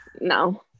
no